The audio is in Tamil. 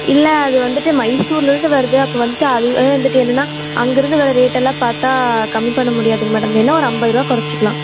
இல்லை அது வந்துட்டு மைசூரிலிருந்து வருது அப்போ வந்துட்டு அது விலை வந்துட்டு என்னென்னா அங்கிருந்து வர ரேட் எல்லாம் பார்த்தா கம்மி பண்ண முடியாதுங்க மேடம் வேணால் ஒரு ஐம்பது ரூபாய் கொறச்சுக்கலாம்